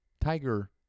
Tiger